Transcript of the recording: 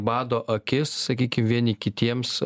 bado akis sakykim vieni kitiems